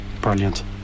Brilliant